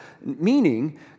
Meaning